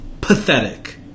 Pathetic